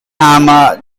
hammer